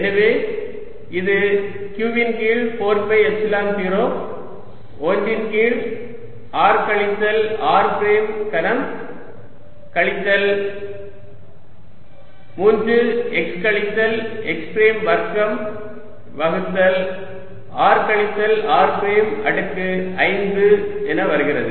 எனவே இது q ன் கீழ் 4 பை எப்சிலன் 0 1 ன் கீழ் r கழித்தல் r பிரைம் கனம் கழித்தல் 3 x கழித்தல் x பிரைம் வர்க்கம் வகுத்தல் r கழித்தல் r பிரைம் அடுக்கு 5 என வருகிறது